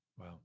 Wow